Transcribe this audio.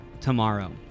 tomorrow